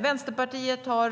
Vänsterpartiet har